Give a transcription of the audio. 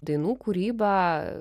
dainų kūryba